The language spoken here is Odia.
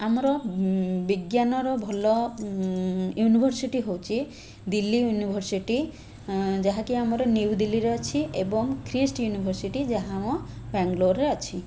ଆମର ବିଜ୍ଞାନର ଭଲ ୟୁନିଭର୍ସିଟି ହେଉଛି ଦିଲ୍ଲୀ ୟୁନିଭର୍ସିଟି ଯାହାକି ଆମର ନିୟୁଦିଲ୍ଲିରେ ଅଛି ଏବଂ ଖ୍ରୀଷ୍ଟ ୟୁନିଭର୍ସିଟି ଯାହାକି ଆମ ବ୍ୟାଙ୍ଗଲୋରରେ ଅଛି